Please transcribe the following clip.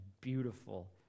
beautiful